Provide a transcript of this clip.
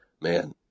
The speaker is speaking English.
man